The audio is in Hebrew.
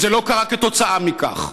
וזה לא קרה כתוצאה מכך.